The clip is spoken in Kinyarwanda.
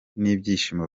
n’ibyishimo